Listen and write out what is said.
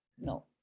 No